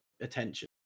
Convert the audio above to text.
attention